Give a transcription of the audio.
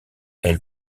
elle